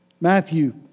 Matthew